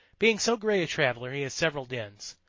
being so great a traveler he has several dens.